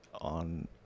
on